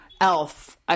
Elf